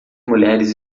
mulheres